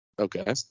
Okay